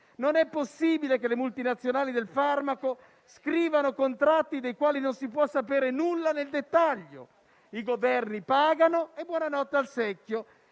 Non è possibile che le multinazionali del farmaco scrivano contratti dei quali non si può sapere nulla nel dettaglio. I Governi pagano e buonanotte al secchio